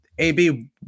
AB